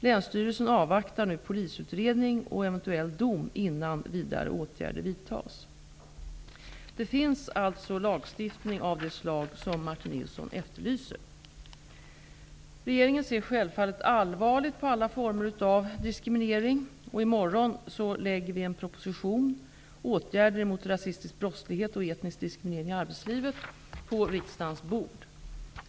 Länsstyrelsen avvaktar nu polisutredning och eventuell dom, innan vidare åtgärder vidtas. Det finns alltså lagstiftning av det slag som Martin Regeringen ser självfallet allvarligt på alla former av diskriminering. I morgon lägger regeringen en proposition -- Åtgärder mot rasistisk brottslighet och etnisk diskriminering i arbetslivet -- på riksdagens bord.